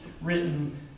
written